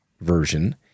version